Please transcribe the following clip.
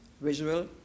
visual